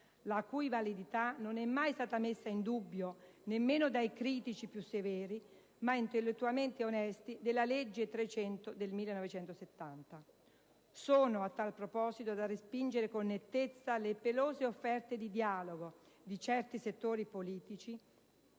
la cui validità non è stata mai messa in dubbio nemmeno dai critici più severi, ma intellettualmente onesti, della legge n. 300 del 1970. Sono a tal proposito da respingere con nettezza le pelose offerte di dialogo di certi settori politici